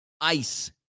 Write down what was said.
ice